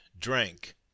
Drank